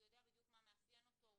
הוא יודע בדיוק מה מאפיין אותו,